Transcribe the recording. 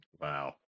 Wow